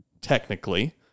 technically